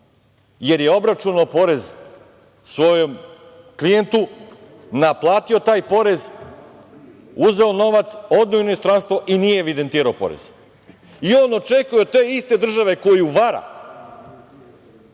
jer je obračunao porez svom klijentu, naplatio taj porez, uzeo novac, odneo u inostranstvo i nije evidentirao porez i on očekuje od te iste države, koju vara,